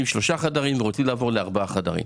או שלושה חדרים ורוצים לעבור לדירת ארבעה חדרים.